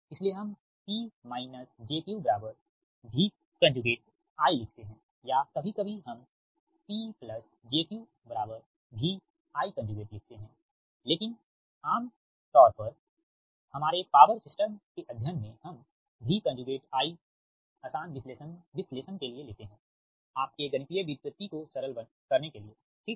इसीलिए हम P j Q V I लिखते हैं या कभी कभी हम P j Q VI लिखते है लेकिन आम तौर पर हमारे पावर सिस्टम के अध्ययन में हम V I आसान विश्लेषण के लिए लेते हैआपके गणितीय व्युत्पत्ति को सरल करने के लिए ठीक है